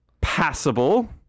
passable